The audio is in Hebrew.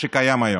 שקיים היום?